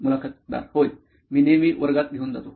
मुलाखतदार होय मी नेहमी वर्गात घेऊन जातो